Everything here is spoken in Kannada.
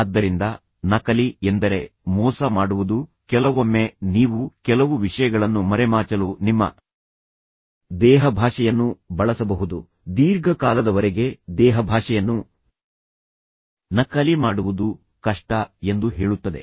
ಆದ್ದರಿಂದ ನಕಲಿ ಎಂದರೆ ಮೋಸ ಮಾಡುವುದು ಕೆಲವೊಮ್ಮೆ ನೀವು ಕೆಲವು ವಿಷಯಗಳನ್ನು ಮರೆಮಾಚಲು ನಿಮ್ಮ ದೇಹಭಾಷೆಯನ್ನು ಬಳಸಬಹುದು ದೀರ್ಘಕಾಲದವರೆಗೆ ದೇಹಭಾಷೆಯನ್ನು ನಕಲಿ ಮಾಡುವುದು ಕಷ್ಟ ಎಂದು ಹೇಳುತ್ತದೆ